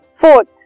fourth